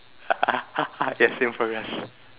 yes same for us